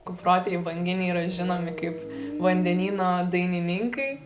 kuprotieji banginiai yra žinomi kaip vandenyno dainininkai